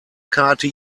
karte